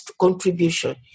contribution